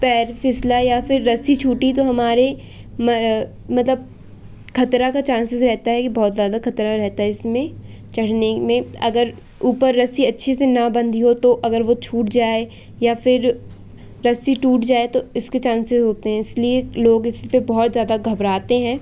पैर फिसला या फ़िर रस्सी छूटी तो हमारे मतलब खतरा का चांसेज़ रहता है कि बहुत ज़्यादा खतरा रहता है इसमें चढ़ने में अगर ऊपर रस्सी अच्छे से न बंधी हो तो अगर वह छूट जाए या फ़िर रस्सी टूट जाए तो इसके चांसेस होते हैं इसलिए लोग इस पर बहुत ज़्यादा घबराते हैं